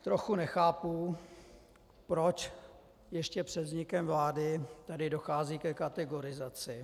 Trochu nechápu proč ještě před vznikem vlády tady dochází ke kategorizaci.